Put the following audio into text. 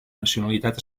nacionalitat